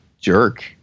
jerk